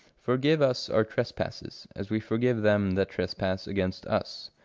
forgive us our trespasses, as we forgive them that trespass against us,